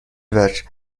وجه